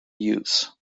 use